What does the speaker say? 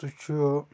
یہِ چھُ